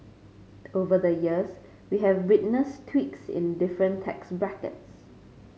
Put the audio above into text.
over the years we have witnessed tweaks in the different tax brackets